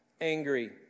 angry